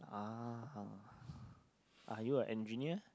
ah are you an engineer